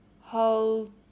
hold